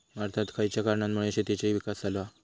भारतात खयच्या कारणांमुळे शेतीचो विकास झालो हा?